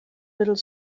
little